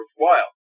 worthwhile